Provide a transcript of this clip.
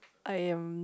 I am